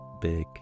big